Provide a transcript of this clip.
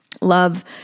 love